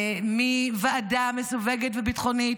וביטחוני מוועדה מסווגת וביטחונית.